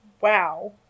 wow